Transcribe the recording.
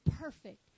perfect